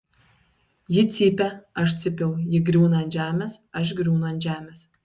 ji cypė aš cypiau ji griūna ant žemės aš griūnu ant žemės